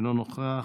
אינו נוכח.